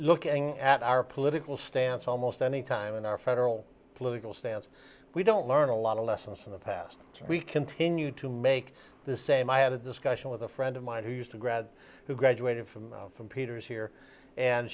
looking at our political stance almost any time in our federal political stance we don't learn a lot of lessons from the past and we continue to make the same i had a discussion with a friend of mine who used to grad who graduated from from peters here and